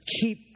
keep